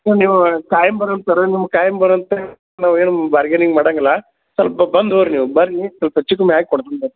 ನೀವು ಖಾಯಮ್ ಬರೋರು ಸರ್ ನಿಮ್ಮ ಖಾಯಮ್ ಬರೋರು ಅಂತ ಏನು ಬಾರ್ಗೆನಿಂಗ್ ಮಾಡಂಗಿಲ್ಲ ಸ್ವಲ್ಪ ಬಂದು ಹೋಗಿ ರೀ ನೀವು ಬರ್ರಿ ಸ್ವಲ್ಪ ಹೆಚ್ಚು ಕಮ್ಮಿ ಹಾಕಿ ಕೊಡ್ತೀನಿ ಬರ್ರಿ